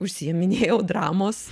užsiiminėjau dramos